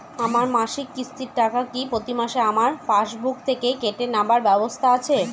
আমার মাসিক কিস্তির টাকা কি প্রতিমাসে আমার পাসবুক থেকে কেটে নেবার ব্যবস্থা আছে?